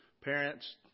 parents